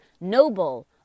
noble